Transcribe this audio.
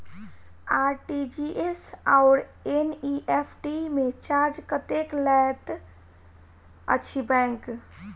RTGS आओर NEFT मे charge कतेक लैत अछि बैंक?